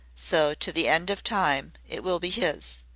so to the end of time it will be his.